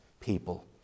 People